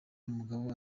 umugabo